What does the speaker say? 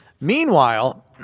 Meanwhile